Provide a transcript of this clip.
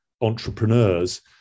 entrepreneurs